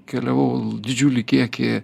keliavau didžiulį kiekį